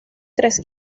tres